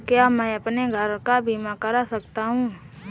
क्या मैं अपने घर का बीमा करा सकता हूँ?